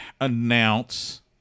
announce